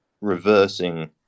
reversing